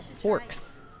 forks